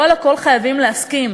לא על הכול חייבים להסכים.